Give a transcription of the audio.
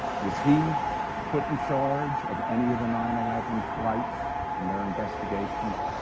was he put in charge of any of the nine eleven flights and their investigations?